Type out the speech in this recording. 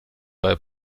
bei